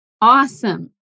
Awesome